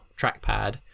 trackpad